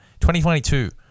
2022